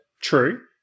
True